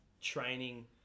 training